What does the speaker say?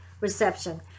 reception